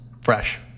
fresh